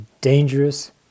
dangerous